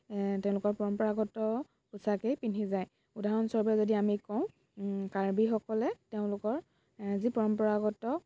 তেওঁলোকৰ পৰম্পৰাগত পোচাকেই পিন্ধি যায় উদাহৰণস্বৰূপে আমি কওঁ কাৰ্বিসকলে তেওঁলোকৰ যি পৰম্পৰাগত